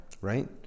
Right